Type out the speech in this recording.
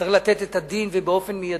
צריך לתת את הדין, ובאופן מיידי,